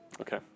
Okay